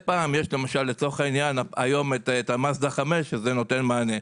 יש למשל לצורך העניין היום את המאזדה 5 שזה נותן מענה,